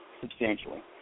substantially